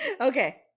Okay